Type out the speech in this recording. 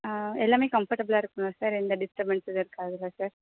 எல்லாமே கம்ஃபர்டபிளாக இருக்கும்லை சார் எந்த டிஸ்ட்டபென்ஸும் இருக்காதில்ல சார்